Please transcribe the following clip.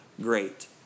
great